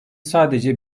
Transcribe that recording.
sadece